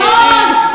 בדמוקרטיה.